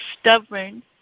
stubborn